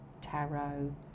tarot